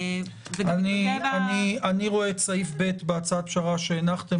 אני רואה את סעיף ב' בהצעת פשרה שהנחתם,